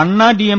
Anna D M